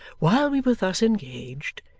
while we were thus engaged,